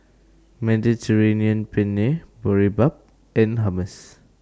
Mediterranean Penne Boribap and Hummus